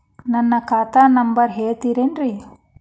ನನ್ನ ಖಾತಾ ನಂಬರ್ ಹೇಳ್ತಿರೇನ್ರಿ?